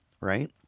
Right